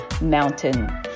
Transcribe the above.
Mountain